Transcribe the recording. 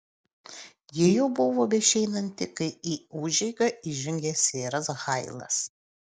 ji jau buvo beišeinanti kai į užeigą įžengė seras hailas